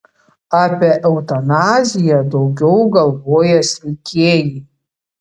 apie eutanaziją daugiau galvoja sveikieji